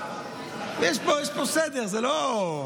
יש פה סדר, זה לא,